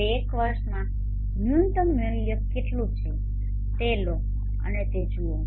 હવે એક વર્ષમાં ન્યૂનતમ મૂલ્ય કેટલું છે તે લો અને તે જુઓ